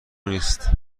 نیست